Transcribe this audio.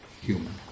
human